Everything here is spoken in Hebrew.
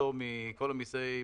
פטור מכל מיסי מקרקעין: